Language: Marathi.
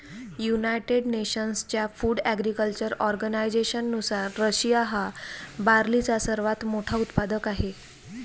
युनायटेड नेशन्सच्या फूड ॲग्रीकल्चर ऑर्गनायझेशननुसार, रशिया हा बार्लीचा सर्वात मोठा उत्पादक आहे